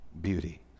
beauty